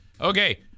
okay